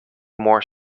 more